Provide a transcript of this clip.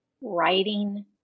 writing